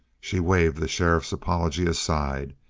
she waved the sheriff's apology aside.